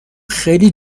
خیلی